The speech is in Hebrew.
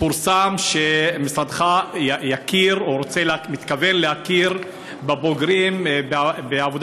פורסם שמשרדך יכיר או מתכוון להכיר בבוגרים של עבודה